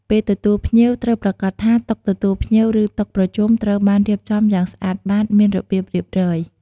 ពេលទទួលភ្ញៀវ ត្រូវប្រាកដថា តុទទួលភ្ញៀវ ឬតុប្រជុំត្រូវបានរៀបចំយ៉ាងស្អាតបាត មានរបៀបរៀបរយ។